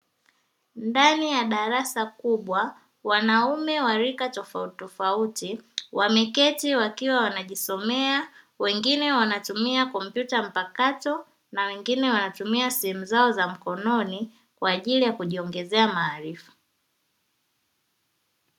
Ndani ya darasa kubwa wanaume wa rika tofautitofauti, wameketi wakiwa wanajisomea wengine wanatumia kompyuta mpakato, na wenine wanatumia simu zao za mkononi kwa ajili ya kujiongezea maarifa.